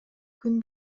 күн